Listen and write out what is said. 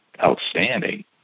outstanding